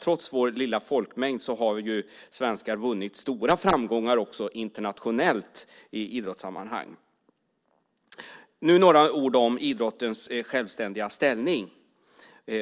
Trots Sveriges lilla folkmängd har svenskar vunnit stora framgångar också internationellt i idrottssammanhang.